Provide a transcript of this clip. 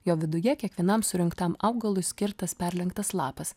jo viduje kiekvienam surinktam augalui skirtas perlenktas lapas